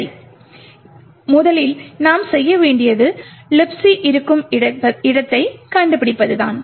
சரி எனவே முதலில் நாம் செய்ய வேண்டியது Libc இருக்கும் இடத்தைக் கண்டுபிடிப்பதுதான்